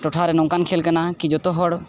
ᱴᱚᱴᱷᱟᱨᱮ ᱱᱚᱝᱠᱟᱱ ᱠᱷᱮᱹᱞ ᱠᱟᱱᱟ ᱠᱤ ᱡᱚᱛᱚ ᱦᱚᱲ